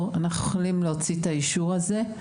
אנחנו יכולים להוציא את האישור הזה,